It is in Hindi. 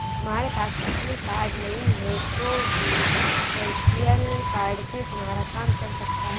तुम्हारे पास असली कार्ड नहीं है तो भी वर्चुअल कार्ड से तुम्हारा काम चल सकता है